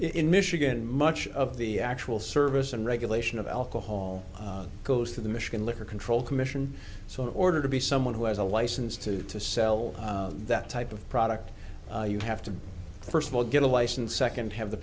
in michigan much of the actual service and regulation of alcohol goes to the michigan liquor control commission so in order to be someone who has a license to to sell that type of product you have to first of all get a license second have the